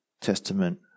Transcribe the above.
Testament